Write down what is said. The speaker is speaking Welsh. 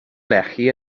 lechi